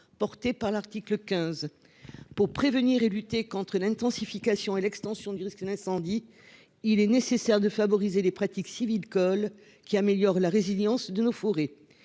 portée par l'article 15. Pour prévenir et lutter contre une intensification et l'extension du risque d'incendie. Il est nécessaire de favoriser les pratiques civils. Qui améliore la résilience de nos forêts.